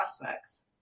prospects